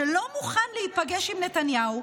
שלא מוכן להיפגש עם נתניהו,